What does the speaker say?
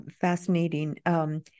Fascinating